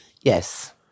Yes